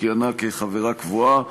שכיהנה כחברה קבועה,